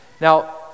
Now